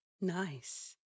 Nice